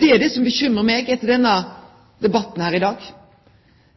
Det som bekymrar meg etter denne debatten her i dag,